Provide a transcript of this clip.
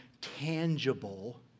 tangible